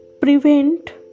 prevent